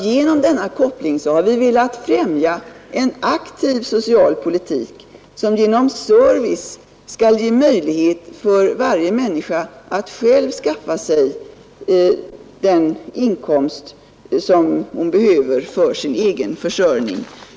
Genom denna koppling har vi velat främja en aktiv social politik, som genom service skall ge möjlighet för varje människa att själv skaffa sig den inkomst som hon behöver för sin försörjning.